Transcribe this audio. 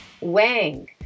Wang